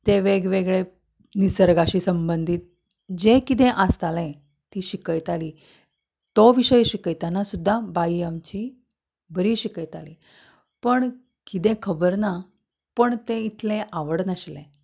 ते वेगवेगळे निसर्गाशी संबंदींत जें कितें आसतालें ती शिकयताली तो विशय शिकयतना सुद्दां बाई आमची बरी शिकयताली पूण कितें खबर ना पूण तें इतलें आवडनाशिल्लें